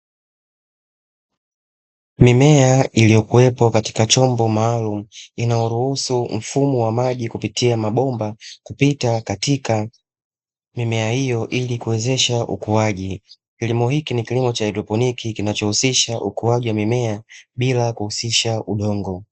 Mimea iliyokuwepo katika chombo maalumu inayoruhusu mfumo wa maji kupitia mabomba, kupita katika mimea hiyo ili kuwezesha ukuaji. Kilimo hiki ni kilimo cha haidroponiki kinachohusisha ukuaji wa mimea bila kuhusisha udongo.